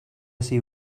see